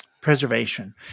preservation